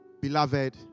Beloved